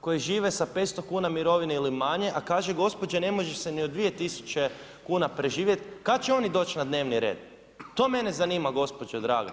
koji žive sa 500 kuna mirovine ili manje, a kaže gospođa ne može se ni od 2.000 kuna preživjet, kada će oni doći na dnevni red, to mene zanima gospođo draga.